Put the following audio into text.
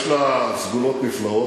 הוא רצה, יש לה סגולות נפלאות.